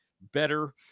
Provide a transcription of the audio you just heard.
better